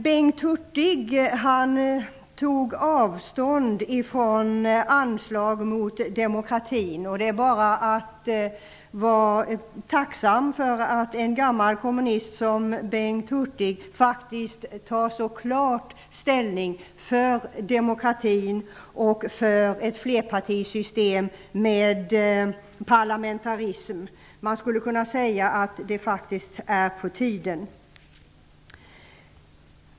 Bengt Hurtig tog avstånd från anslag mot demokratin. Det är bara att vara tacksam för att en gammal kommunist, som Bengt Hurtig, så klart tar ställning för demokratin, ett flerpartisystem och parlamentarism. Man skulle kunna säga att det faktiskt är på tiden.